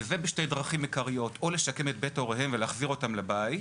וזה בשתי דרכים עיקריות או לשקם את בית הוריהם ולהחזיר אותם לבית,